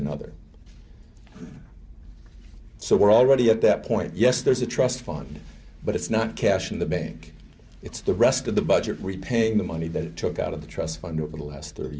another so we're already at that point yes there's a trust fund but it's not cash in the bank it's the rest of the budget repaying the money that took out of the trust fund over the last th